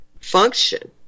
function